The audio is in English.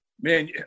man